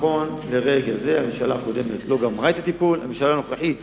נכון לרגע זה הממשלה הקודמת לא גמרה את הטיפול והממשלה הנוכחית